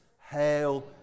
Hail